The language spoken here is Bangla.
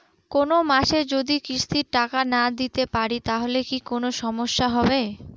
কোনমাসে যদি কিস্তির টাকা না দিতে পারি তাহলে কি কোন সমস্যা হবে?